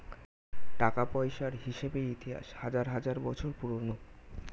টাকা পয়সার হিসেবের ইতিহাস হাজার হাজার বছর পুরোনো